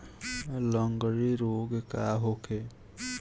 लगंड़ी रोग का होखे?